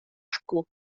acw